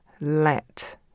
Let